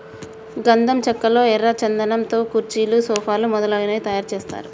గంధం చెక్కల్లో ఎర్ర చందనం తో కుర్చీలు సోఫాలు మొదలగునవి తయారు చేస్తారు